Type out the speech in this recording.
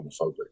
homophobic